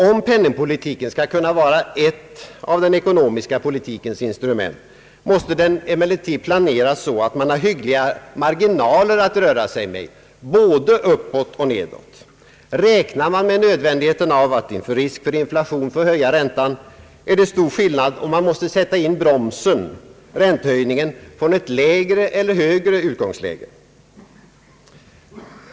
Om penningpolitiken skall kunna vara ett av den ekonomiska politikens instrument måste den emellertid planeras så att man har hyggliga marginaler att röra sig med, både uppåt och nedåt. Räknar man med nödvändigheten av att inför risk för inflation få höja räntan, är det stor skillnad om man måste sätta in bromsen, räntehöjningen, från ett lägre eller högre utgångsläge.